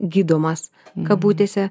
gydomas kabutėse